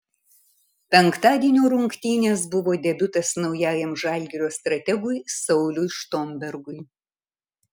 penktadienio rungtynės buvo debiutas naujajam žalgirio strategui sauliui štombergui